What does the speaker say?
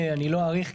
אני לא אאריך,